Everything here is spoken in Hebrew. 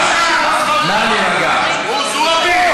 הוא זועבי?